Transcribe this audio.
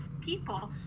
people